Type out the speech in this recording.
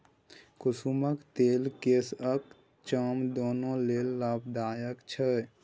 कुसुमक तेल केस आ चाम दुनु लेल लाभदायक छै